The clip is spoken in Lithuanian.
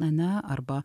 ane arba